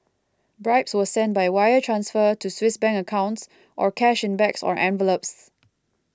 bribes were sent by wire transfer to Swiss Bank accounts or cash in bags or envelopes